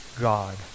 God